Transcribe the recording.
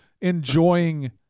enjoying